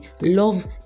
Love